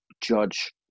judge